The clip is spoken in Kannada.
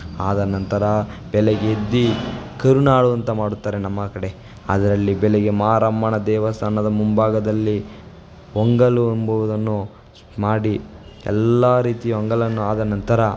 ಆದ ನಂತರ ಬೆಳಗೆದ್ದು ಕರುನಾಳು ಅಂತ ಮಾಡುತ್ತಾರೆ ನಮ್ಮ ಕಡೆ ಅದರಲ್ಲಿ ಬೆಳಗ್ಗೆ ಮಾರಮ್ಮನ ದೇವಸ್ಥಾನದ ಮುಂಭಾಗದಲ್ಲಿ ಒಂಗಲು ಅಂಬುವುದನ್ನು ಮಾಡಿ ಎಲ್ಲ ರೀತಿಯ ಒಂಗಲನ್ನು ಆದ ನಂತರ